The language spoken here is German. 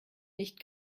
nicht